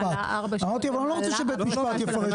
אני לא רוצה שבית משפט יפרש,